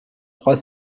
trois